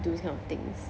do this kind of things